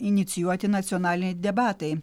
inicijuoti nacionaliniai debatai